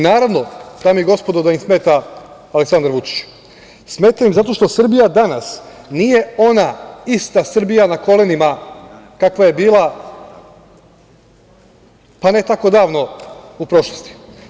Naravno, dame i gospodo, da im smeta Aleksandar Vučić, smeta im zato što Srbija danas nije ona ista Srbija na kolenima kakva je bila, pa ne tako davno u prošlosti.